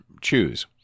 choose